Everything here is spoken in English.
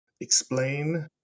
Explain